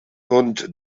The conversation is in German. und